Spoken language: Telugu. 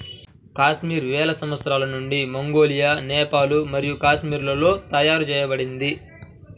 కాశ్మీర్ వేల సంవత్సరాల నుండి మంగోలియా, నేపాల్ మరియు కాశ్మీర్లలో తయారు చేయబడింది